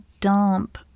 dump